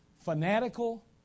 fanatical